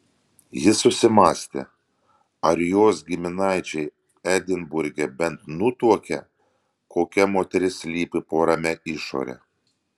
jis susimąstė ar jos giminaičiai edinburge bent nutuokia kokia moteris slypi po ramia išore